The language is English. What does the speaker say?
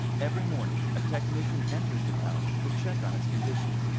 every morning a technician enters the tower to check on its condition.